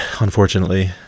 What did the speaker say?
unfortunately